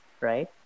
right